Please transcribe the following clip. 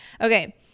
Okay